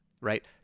right